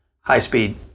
high-speed